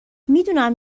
میدونم